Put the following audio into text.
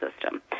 system